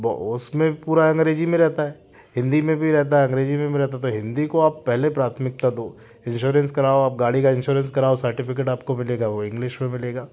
उसमें पूरा अंग्रेजी में रहता है हिंदी में भी रहता है अंग्रेजी में भी रहता है तो हिंदी को आप पहले प्राथमिकता दो इंस्योरेंस कराओ आप गाड़ी का इंस्योरेंस कराओ सर्टिफिकेट आपको मिलेगा वो इंग्लिश में मिलेगा